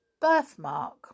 birthmark